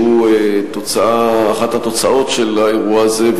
שהוא אחת התוצאות של האירוע הזה,